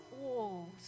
walls